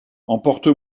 emporte